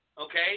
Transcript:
okay